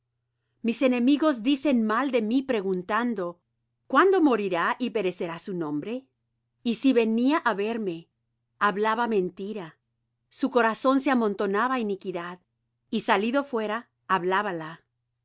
mis enemigos dicen mal de mí preguntando cuándo morirá y perecerá su nombre y si venía á ver me hablaba mentira su corazón se amontonaba iniquidad y salido fuera hablába la